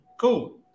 Cool